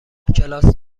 کلاس